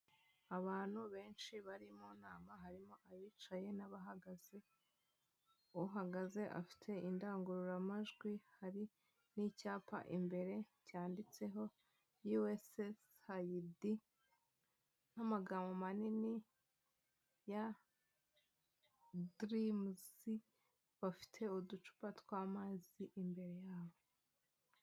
Abantu benshi bari mu nama, harimo abicaye n'abahagaze, uhagaze afite indangururamajwi hari n'icyapa imbere cyanditseho yuwesesayidi n'amagambo manini ya dirimuzi, bafite uducupa twamazi imbere yabo.